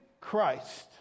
Christ